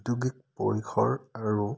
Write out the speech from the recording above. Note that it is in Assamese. উদ্যোগিক পৰিসৰ আৰু